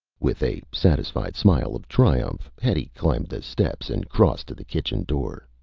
with a satisfied smile of triumph, hetty climbed the steps and crossed to the kitchen door.